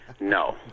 No